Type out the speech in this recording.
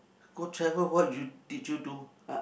go travel what you did you do